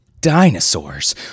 dinosaurs